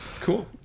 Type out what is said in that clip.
cool